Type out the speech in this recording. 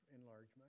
enlargement